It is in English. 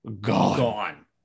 gone